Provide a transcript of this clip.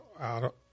out